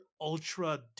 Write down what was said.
ultra